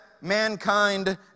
mankind